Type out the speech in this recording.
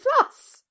Plus